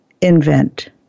Invent